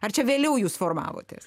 ar čia vėliau jūs formavotės